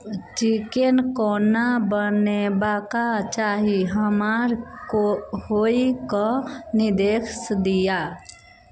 chicken कोना बनेबाक चाहि हमार ओहि कऽ निर्देश दिअऽ